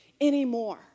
anymore